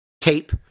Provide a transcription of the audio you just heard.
tape